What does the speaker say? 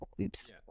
oops